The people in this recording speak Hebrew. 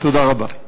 תודה רבה.